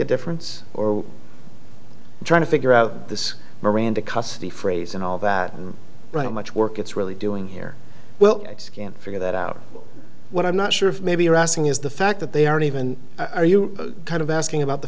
a difference or trying to figure out this miranda custody phrase and all that much work it's really doing here well can't figure that out what i'm not sure of maybe you're asking is the fact that they are even are you kind of asking about the